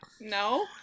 No